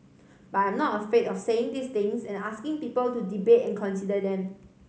but I'm not afraid of saying these things and asking people to debate and consider them